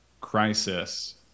crisis